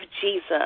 Jesus